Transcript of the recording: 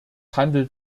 handelt